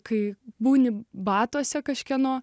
kai būni batuose kažkieno